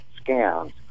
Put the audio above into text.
scans